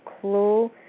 clue